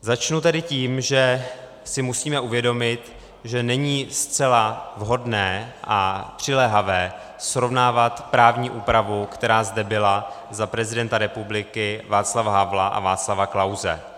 Začnu tedy tím, že si musíme uvědomit, že není zcela vhodné a přiléhavé srovnávat právní úpravu, která zde byla za prezidenta republiky Václava Havla a Václava Klause.